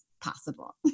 possible